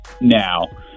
now